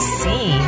see